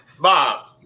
Bob